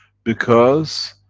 because,